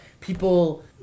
people